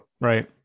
right